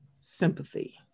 sympathy